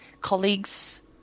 colleagues